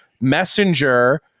messenger